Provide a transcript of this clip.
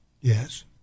Yes